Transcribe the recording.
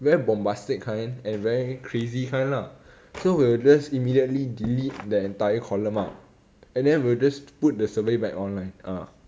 very bombastic kind and very crazy kind lah so we will just immediately delete the entire column ah and then we will just put the survey back online ah